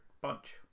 bunch